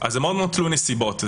זה מאוד תלוי נסיבות.